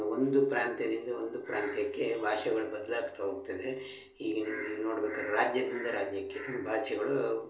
ಒಂದು ಪ್ರಾಂತ್ಯದಿಂದ ಒಂದು ಪ್ರಾಂತ್ಯಕ್ಕೆ ಭಾಷೆಗಳು ಬದಲಾಗ್ತಾ ಹೋಗ್ತದೆ ಈಗ ನೀವು ನೋಡ್ಬೇಕಾರ್ ರಾಜ್ಯದಿಂದ ರಾಜ್ಯಕ್ಕೆ ಈ ಭಾಷೆಗಳೂ